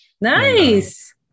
Nice